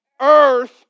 earth